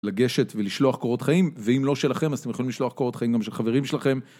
לגשת ולשלוח קורות חיים, ואם לא שלכם אז אתם יכולים לשלוח קורות חיים גם של חברים שלכם